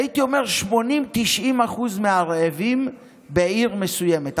הייתי אומר של 80% 90% מהרעבים בעיר מסוימת.